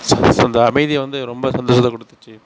அந்த அமைதி வந்து ரொம்ப சந்தோஷத்தை கொடுத்துச்சி